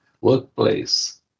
workplace